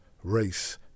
race